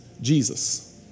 Jesus